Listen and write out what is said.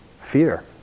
fear